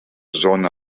zona